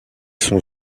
son